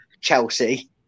Chelsea